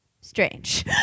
strange